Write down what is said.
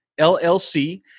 LLC